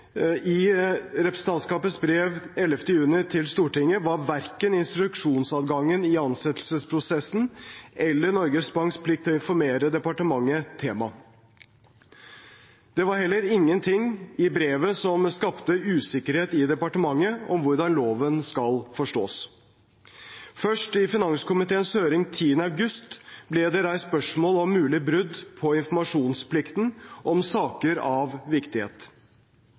var verken instruksjonsadgangen i ansettelsesprosessen eller Norges Banks plikt til å informere departementet tema. Det var heller ingenting i brevet som skapte usikkerhet i departementet om hvordan loven skal forstås. Først i finanskomiteens høring 10. august ble det reist spørsmål om et mulig brudd på informasjonsplikten om saker av viktighet.